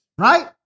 Right